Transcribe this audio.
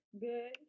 Good